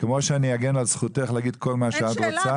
כמו שאני אגן על זכותך להגיד כל מה שאת רוצה.